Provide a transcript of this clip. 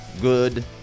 Good